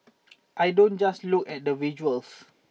I don't just look at the visuals